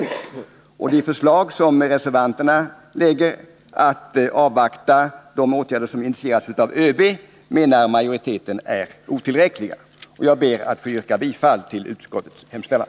Majoriteten menar att det förslag som reservanterna lägger fram, att man skall avvakta de åtgärder som initieras av ÖB, är otillräckligt. Jag ber att få yrka bifall till utskottets hemställan.